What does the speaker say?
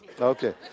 Okay